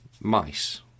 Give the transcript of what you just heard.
mice